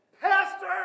Pastor